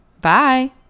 Bye